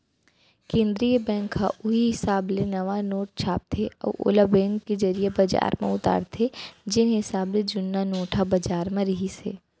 केंद्रीय बेंक ह उहीं हिसाब ले नवा नोट छापथे अउ ओला बेंक के जरिए बजार म उतारथे जेन हिसाब ले जुन्ना नोट ह बजार म रिहिस हे